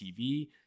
TV